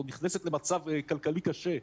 או נכנסת למצב כלכלי קשה,